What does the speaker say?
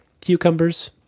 cucumbers